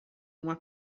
uma